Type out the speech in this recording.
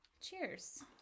cheers